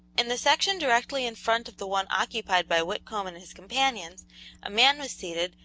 in the section directly in front of the one occupied by whitcomb and his companions a man was seated,